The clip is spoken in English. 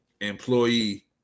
employee